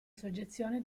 soggezione